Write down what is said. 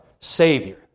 Savior